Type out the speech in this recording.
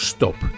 Stop